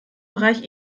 bereich